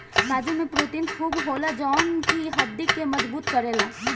काजू में प्रोटीन खूब होला जवन की हड्डी के मजबूत करेला